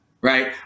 right